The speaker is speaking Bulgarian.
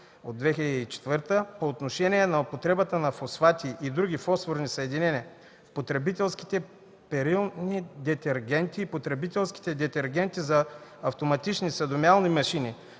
648/2004 по отношение на употребата на фосфати и други фосфорни съединения в потребителските перилни детергенти и потребителските детергенти за автоматични съдомиялни машини,